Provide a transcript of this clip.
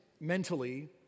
mentally